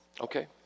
Okay